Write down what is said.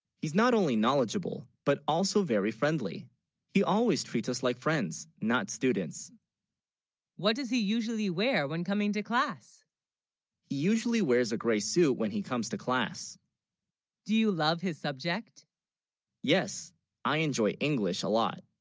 he's not only knowledgeable but, also very friendly he always treats us like friends not students what does he usually, wear when coming to class he usually wears a grey suit, when he comes to class do you, love his subject yes i enjoy, english a lot